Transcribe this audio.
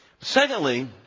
Secondly